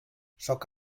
sóc